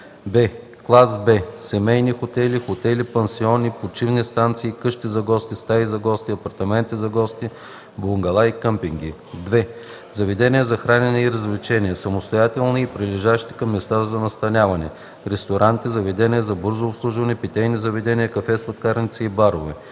б) клас Б - семейни хотели, хостели, пансиони, почивни станции, къщи за гости, стаи за гости, апартаменти за гости, бунгала и къмпинги; 2. заведенията за хранене и развлечения (самостоятелни и прилежащи към места за настаняване) – ресторанти, заведения за бързо обслужване, питейни заведения, кафе-сладкарници и барове;